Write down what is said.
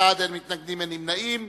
11 בעד, אין מתנגדים, אין נמנעים.